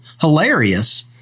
hilarious